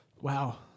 Wow